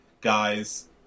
guys